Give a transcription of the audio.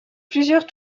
plusieurs